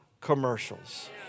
commercials